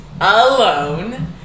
alone